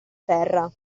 terra